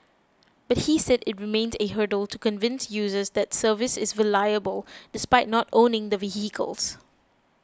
but he said it remains a hurdle to convince users that the service is reliable despite not owning the vehicles